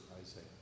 Isaiah